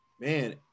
man